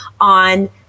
on